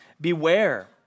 Beware